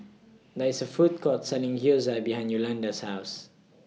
There IS A Food Court Selling Gyoza behind Yolonda's House